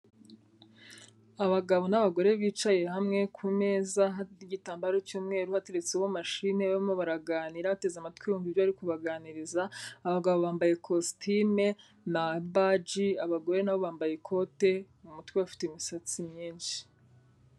Abagabo n'abagore bicaye hamwe ku meza hariho igitambaro cy'umweru hateretseho mashine barimo baraganira, bateze amatwi bumva ibyo bari kubaganiriza, abagabo bambaye kositime na baji, abagore na bo bambaye ikote, mu mutwe bafite imisatsi myinshi.